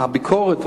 בביקורת,